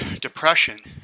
depression